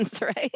right